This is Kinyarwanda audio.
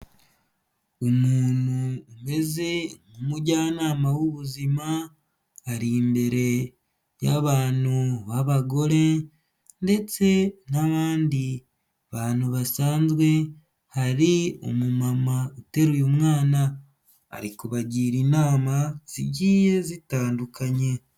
Umuntu umeze nk'umujyanama w'ubuzima ari imbere y'abantu b'abagore ndetse n'abandi bantu basanzwe, hari umumama uteruye mwana, ari kubagira inama zigiye zitandukanye.